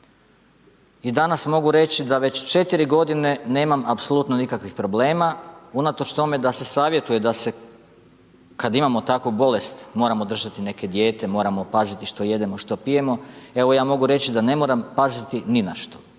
i danas mogu reći da već 4 godine nemam apsolutno nikakvih problema unatoč tome da se savjetuje da se kad imamo takvu bolest moramo držati neke dijete, moramo paziti što jedemo, što pijemo. Evo, ja mogu reći da ne moram paziti ni na što.